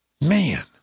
Man